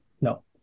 No